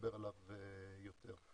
לדבר עליו קצת יותר.